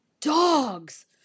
dogs